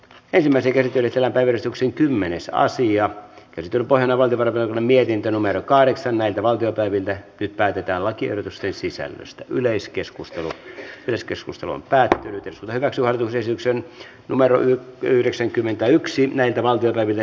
esimerkillisellä verotuksen kymmenessä asija kiintyy vain avantgarde mietintö numero kahdeksan eikä valtiopäivien tähtipäätetään lakiehdotusten sisällöstä yleiskeskustelua edes keskustelun päätettiin hyväksyä se syksyn numeroin ensimmäinen käsittely päättyi